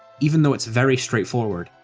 even though it's very straightforward,